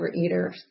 overeater